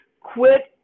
Quit